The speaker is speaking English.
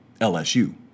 LSU